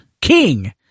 King